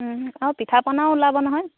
আৰু পিঠা পনা ওলাব নহয়